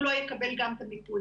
הוא לא יקבל גם את הניקוד.